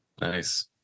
Nice